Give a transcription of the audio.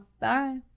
Bye